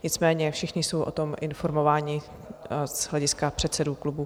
Nicméně všichni jsou o tom informováni z hlediska předsedů klubů.